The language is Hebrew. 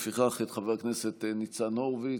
לפיכך, את חבר הכנסת ניצן הורביץ,